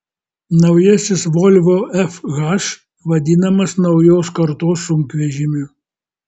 naujasis volvo fh vadinamas naujos kartos sunkvežimiu